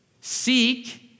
Seek